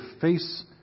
face